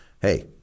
hey